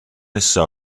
nesa